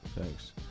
thanks